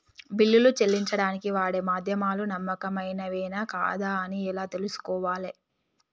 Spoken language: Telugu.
బిల్లులు చెల్లించడానికి వాడే మాధ్యమాలు నమ్మకమైనవేనా కాదా అని ఎలా తెలుసుకోవాలే?